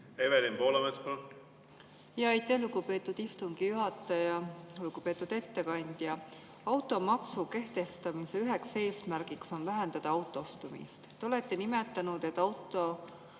Evelin Poolamets, palun! Aitäh, lugupeetud istungi juhataja! Lugupeetud ettekandja! Automaksu kehtestamise üheks eesmärgiks on vähendada autostumist. Te olete nimetanud, et